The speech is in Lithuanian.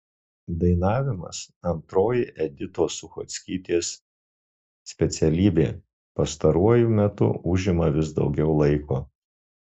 dainavimas antroji editos suchockytės specialybė pastaruoju metu užima vis daugiau laiko